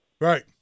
Right